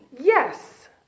Yes